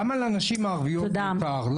למה לנשים הערביות מותר?